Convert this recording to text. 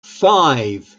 five